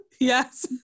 yes